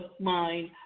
mind